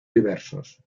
diversos